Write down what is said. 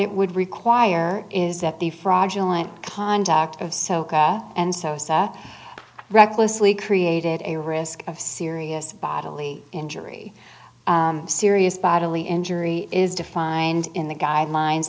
it would require is that the fraudulent kind of soca and sosa recklessly created a risk of serious bodily injury serious bodily injury is defined in the guidelines